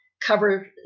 cover